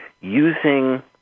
using